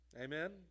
Amen